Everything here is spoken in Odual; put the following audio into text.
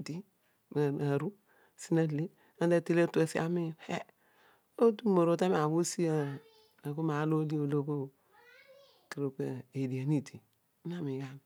idi nasi nate atele atu asi ana amiin ah unor obhe tami ami ughi ust eh, aghol maar olo odi kate olo bho leedio po edien idi ana miit gha ni.